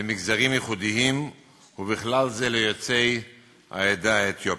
למגזרים ייחודיים ובכלל זה ליוצאי העדה האתיופית.